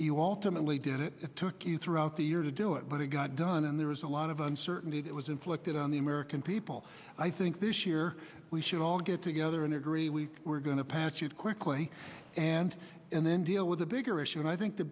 you alternately did it took you throughout the year to do it but it got done and there was a lot of uncertainty that was inflicted on the american people i think this year we should all get together and agree we were going to pass it quickly and and then deal with the bigger issue and i think the